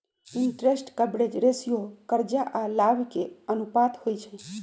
interest coverage ratio करजा आऽ लाभ के अनुपात होइ छइ